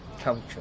culture